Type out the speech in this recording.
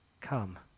come